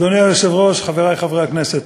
אדוני היושב-ראש, חברי חברי הכנסת,